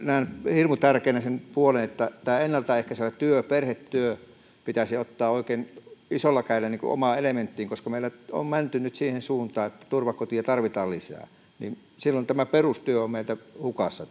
hirmu tärkeänä sen puolen että tämä ennaltaehkäisevä perhetyö pitäisi ottaa oikein isolla kädellä omaan elementtiin koska meillä on menty nyt siihen suuntaan että turvakoteja tarvitaan lisää silloin tämä perustyö on meiltä hukassa